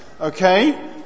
okay